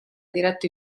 diretto